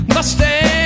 Mustang